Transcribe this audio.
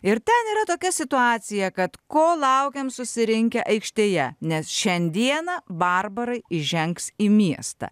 ir ten yra tokia situacija kad ko laukiam susirinkę aikštėje nes šiandieną barbarai įžengs į miestą